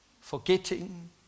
forgetting